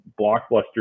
blockbuster